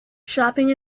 shopping